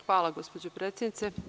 Hvala gospođo predsednice.